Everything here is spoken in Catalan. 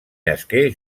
nasqué